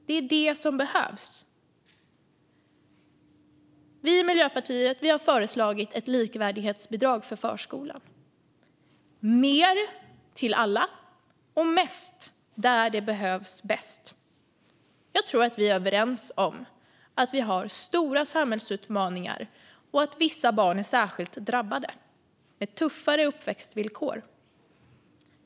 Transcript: Det är det som behövs. Vi i Miljöpartiet har föreslagit ett likvärdighetsbidrag för förskolan - mer till alla och mest där det behövs bäst. Jag tror att vi är överens om att det finns stora samhällsutmaningar och att vissa barn är särskilt drabbade och har tuffare uppväxtvillkor.